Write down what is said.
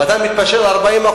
ואתה אפילו מתפשר על 40%,